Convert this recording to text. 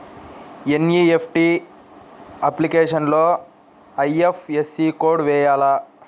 NEFT అప్లికేషన్లో IFSC code వేయాలా?